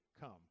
come